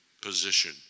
position